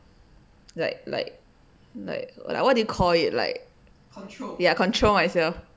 like like like like what do you call it like ya control myself